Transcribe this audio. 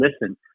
listen